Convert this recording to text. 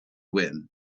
win